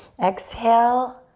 exhale,